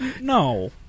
No